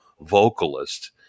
vocalist